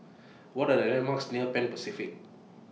What Are The landmarks near Pan Pacific